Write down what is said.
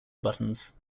buttons